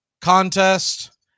contest